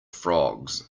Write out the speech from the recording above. frogs